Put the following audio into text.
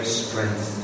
strength